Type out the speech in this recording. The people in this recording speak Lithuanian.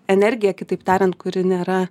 energija kitaip tariant kuri nėra